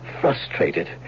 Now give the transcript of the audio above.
frustrated